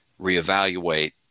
reevaluate